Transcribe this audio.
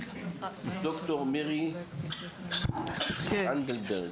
אוקי, דוקטור מירי אנדבלד.